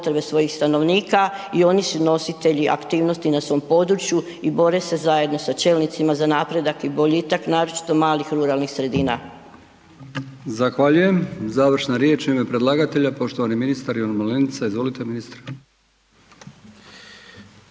Zahvaljujem. Završna riječ u ime predlagatelja, poštovani ministar Ivan Malenica. Izvolite ministre.